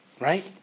Right